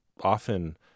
often